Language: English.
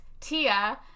tia